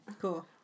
Cool